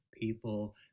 people